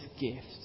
gift